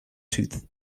tooth